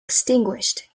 extinguished